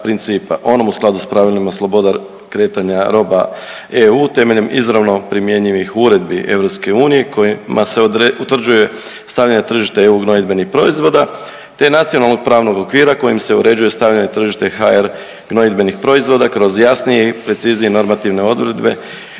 onom u skladu s pravilima sloboda kretanja roba EU temeljem izravno primjenjivih uredbi EU kojima se utvrđuje stavljanje na tržište eu gnojidbenih proizvoda te Nacionalnog pravnog okvira kojim se uređuje stavljanje na tržište HR gnojidbenih proizvoda kroz jasnije i preciznije normativne odredbe